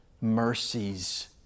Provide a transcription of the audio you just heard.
mercies